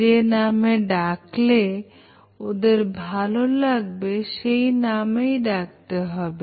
যে নামে ডাকলে ওদের ভালো লাগবে সেই নামেই ডাকতে হবে